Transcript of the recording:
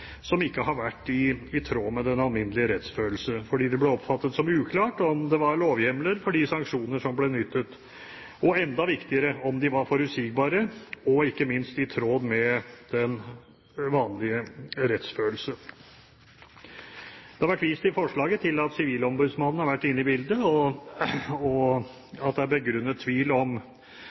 som ikke har vært i tråd med den alminnelige rettsfølelse, fordi det ble oppfattet som uklart om det var lovhjemler for de sanksjoner som ble nyttet, og – enda viktigere – om de var forutsigbare. Det er i forslaget vist til at sivilombudsmannen har vært inne i bildet, og at det er begrunnet tvil om